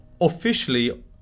officially